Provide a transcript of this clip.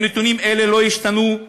אם נתונים אלה לא ישתנו,